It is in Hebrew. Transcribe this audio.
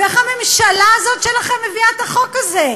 ואיך הממשלה הזאת שלכם מביאה את החוק הזה?